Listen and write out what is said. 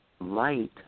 light